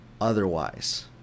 otherwise